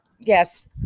Yes